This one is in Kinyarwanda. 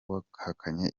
wahakanye